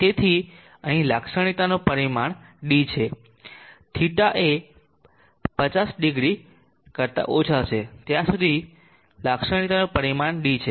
તેથી અહીં લાક્ષણિકતાનું પરિમાણ d છે અને θએ 50◦ કરતા ઓછા છે ત્યાં સુધી લાક્ષણિકતાનું પરિમાણ d છે